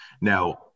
Now